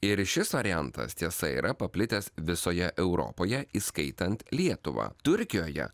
ir šis variantas tiesa yra paplitęs visoje europoje įskaitant lietuvą turkijoje